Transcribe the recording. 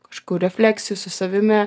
kažkur refleksijoj su savimi